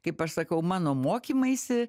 kaip aš sakau mano mokymaisi